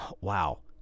Wow